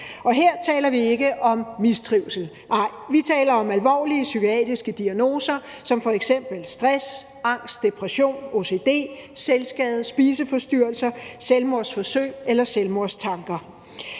her taler vi ikke om mistrivsel, nej, vi taler om alvorlige psykiatriske diagnoser som f.eks. stress, angst, depression, ocd, selvskade, spiseforstyrrelser, selvmordsforsøg eller selvmordstanker,